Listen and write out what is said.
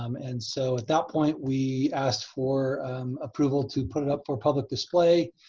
um and so at that point we asked for approval to put it up for public display.